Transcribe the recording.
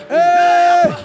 Hey